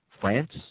France